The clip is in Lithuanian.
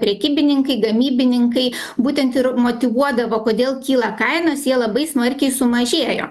prekybininkai gamybininkai būtent ir motyvuodavo kodėl kyla kainos jie labai smarkiai sumažėjo